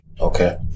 Okay